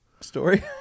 story